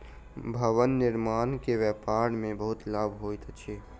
भवन निर्माण के व्यापार में बहुत लाभ होइत अछि